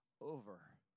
over